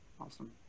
Awesome